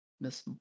Miss